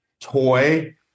toy